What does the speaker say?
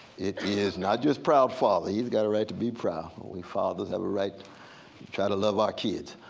it is not just proud father. he's got a right to be proud. we fathers have a right to try to love our kids,